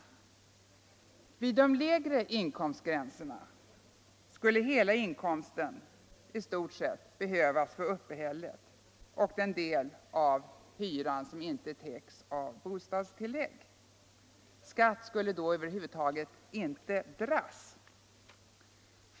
Vid de lägre inkomstgränserna skulle i stort sett hela inkomsten behövas för uppehället och den del av hyran som inte täcks av bostadstillägg. Skatt skulle då över huvud taget inte dras.